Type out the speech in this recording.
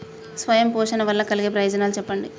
స్వయం పోషణ వల్ల కలిగే ప్రయోజనాలు చెప్పండి?